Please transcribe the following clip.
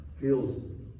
feels